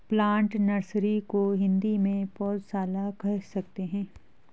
plant nursery को हिंदी में पौधशाला कह सकते हैं